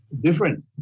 different